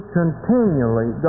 continually